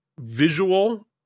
visual